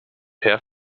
her